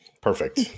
Perfect